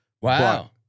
Wow